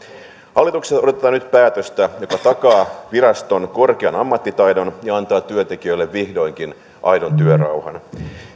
hallitukselta odotetaan nyt päätöstä joka takaa viraston korkean ammattitaidon ja antaa työntekijöille vihdoinkin aidon työrauhan